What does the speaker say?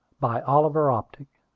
by oliver optic